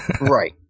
Right